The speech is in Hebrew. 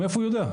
מאיפה הוא יודע?